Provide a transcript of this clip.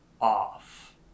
off